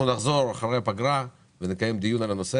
אחרי הפגרה נחזור ונקיים דיון על הנושא